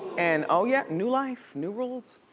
and oh yeah, new life, new rules.